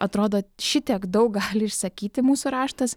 atrodo šitiek daug gali išsakyti mūsų raštas